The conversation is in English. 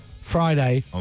Friday